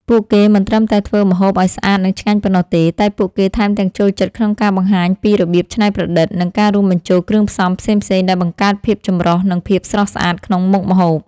ពួកគេមិនត្រឹមតែធ្វើម្ហូបឲ្យស្អាតនិងឆ្ងាញ់ប៉ុណ្ណោះទេ តែពួកគេថែមទាំងចូលចិត្តក្នុងការបង្ហាញពីរបៀបច្នៃប្រឌិត និងការរួមបញ្ចូលគ្រឿងផ្សំផ្សេងៗដែលបង្កើតភាពចម្រុះ និងភាពស្រស់ស្អាតក្នុងមុខម្ហូប។